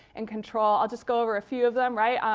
and control. i'll just go over a few of them. right?